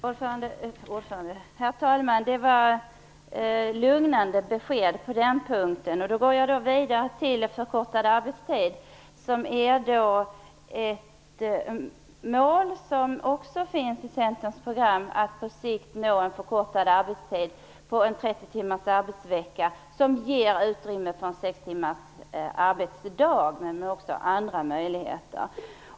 Herr talman! Det var lugnande besked på den punkten. Jag går nu vidare till frågan om förkortad arbetstid. Ett mål som också finns med i Centerns program är nämligen att på sikt nå en förkortad arbetstid - 30 timmars arbetsvecka, med utrymme för sex timmars arbetsdag och också för andra möjligheter.